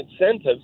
incentives